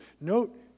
Note